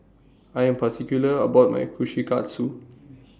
I Am particular about My Kushikatsu